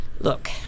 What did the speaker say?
Look